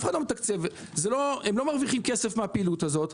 הם לא מרווחים כסף מהפעילות הזו.